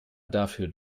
dafür